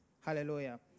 Hallelujah